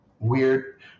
Weird